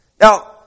Now